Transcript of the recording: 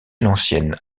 l’ancienne